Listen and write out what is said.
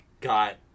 got